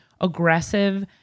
aggressive